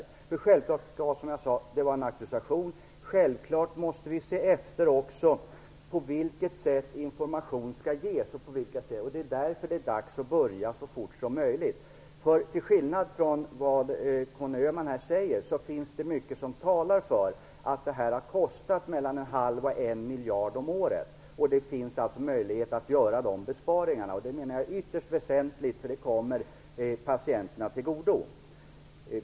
Det skall självfallet vara auktorisation, och vi måste självfallet också se efter på vilket sätt information skall ges. Det är därför det är dags att börja så fort som möjligt. Till skillnad från vad Conny Öhman här säger, finns det mycket som talar för att det här har kostat mellan en halv och en miljard om året. Det finns alltså möjlighet att göra den besparingen. Det är ytterst väsentligt, därför att det kommer patienterna till godo.